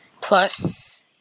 Plus